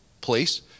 place